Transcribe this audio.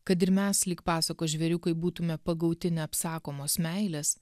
kad ir mes lyg pasakos žvėriukai būtume pagauti neapsakomos meilės